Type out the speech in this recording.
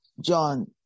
John